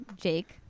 Jake